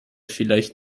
vielleicht